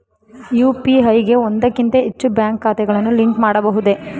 UPI ಗೆ ಒಂದಕ್ಕಿಂತ ಹೆಚ್ಚು ಬ್ಯಾಂಕ್ ಖಾತೆಗಳನ್ನು ಲಿಂಕ್ ಮಾಡಬಹುದೇ?